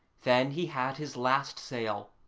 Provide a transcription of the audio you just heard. then he had his last sail,